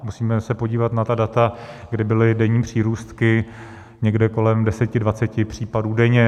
Musíme se podívat na ta data, kdy byly denní přírůstky někde kolem deseti, dvaceti případů denně.